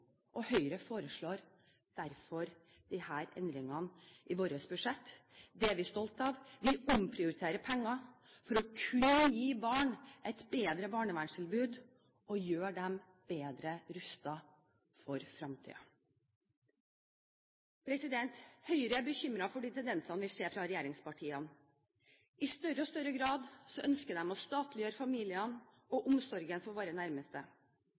i Høyre foreslår derfor disse endringene i vårt budsjett. Det er vi stolt av. Vi omprioriterer penger for å kunne gi barn et bedre barnevernstilbud og for å gjøre dem bedre rustet for fremtiden. Høyre er bekymret over de tendensen vi ser fra regjeringspartiene. I større og større grad ønsker de å statliggjøre familiene og omsorgen for deres nærmeste.